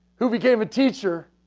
who became a teacher,